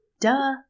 Duh